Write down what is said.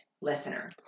listener